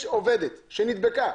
יש עובדת שנדבקה,